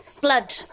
blood